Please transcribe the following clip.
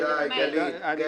--- די, די, גלית.